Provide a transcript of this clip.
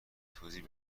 توضیح